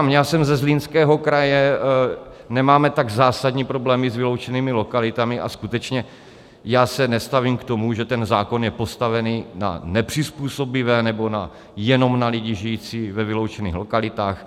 Já jsem ze Zlínského kraje, nemáme tak zásadní problémy s vyloučenými lokalitami a skutečně já se nestavím k tomu, že ten zákon je postavený na nepřizpůsobivé nebo jenom na lidi žijící ve vyloučených lokalitách.